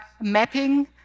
mapping